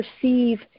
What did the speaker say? perceive